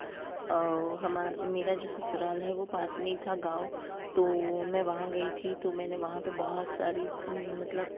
हमारा मेरा जो ससुराल है वह पास में ही था गाँव तो मैं वहाँ गई थी तो मैं वहाँ पर बहुत सारी मतलब